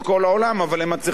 אבל הם מצליחים לשטות,